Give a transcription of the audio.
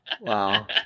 Wow